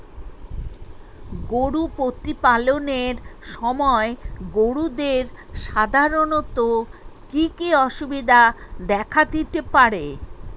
গরু প্রতিপালনের সময় গরুদের সাধারণত কি কি অসুবিধা দেখা দিতে পারে?